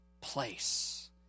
place